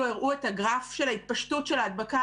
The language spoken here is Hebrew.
הראו את הגרף של ההתפשטות של ההדבקה,